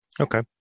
Okay